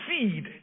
seed